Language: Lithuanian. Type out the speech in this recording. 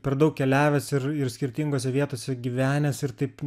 per daug keliavęs ir ir skirtingose vietose gyvenęs ir taip